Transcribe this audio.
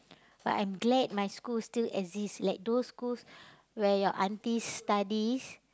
but I'm glad my school still exist like those schools where your aunties studies